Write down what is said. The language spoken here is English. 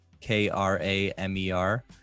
K-R-A-M-E-R